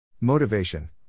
Motivation